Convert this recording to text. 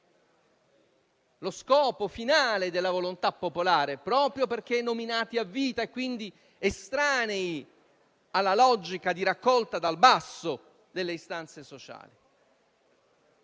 lo scopo finale della volontà popolare, proprio perché nominati a vita e quindi estranei alla logica di raccolta dal basso delle istanze sociali).